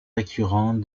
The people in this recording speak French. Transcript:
récurrents